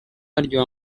aryoha